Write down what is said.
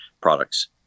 products